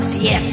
yes